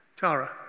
Tara